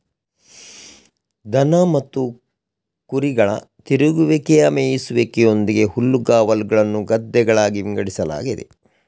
ದನ ಮತ್ತು ಕುರಿಗಳ ತಿರುಗುವಿಕೆಯ ಮೇಯಿಸುವಿಕೆಯೊಂದಿಗೆ ಹುಲ್ಲುಗಾವಲುಗಳನ್ನು ಗದ್ದೆಗಳಾಗಿ ವಿಂಗಡಿಸಲಾಗಿದೆ